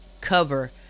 cover